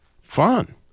fun